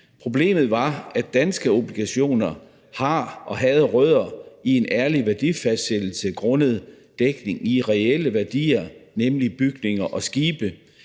Problemet var, at danske obligationer har og havde rødder i en ærlig værdifastsættelse grundet dækning i reelle værdier, nemlig bygninger og skibe.